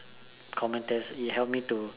common test it help me to